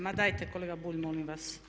Ma dajte kolega Bulj molim vas!